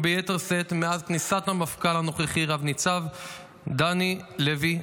וביתר שאת מאז כניסת המפכ"ל הנוכחי רב-ניצב דני לוי,